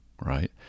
right